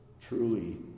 Truly